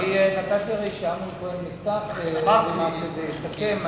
נתתי שאמנון כהן יפתח ומקלב יסכם.